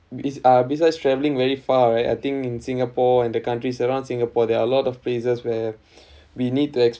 uh besides travelling very far right I think in singapore and the countries around singapore there are a lot of places where we need to explore